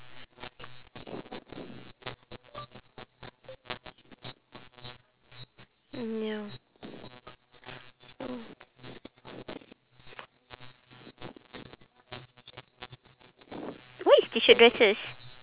mm ya what is T shirt dresses